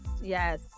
yes